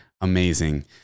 Amazing